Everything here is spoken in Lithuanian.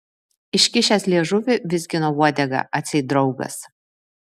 iškišęs liežuvį vizgino uodegą atseit draugas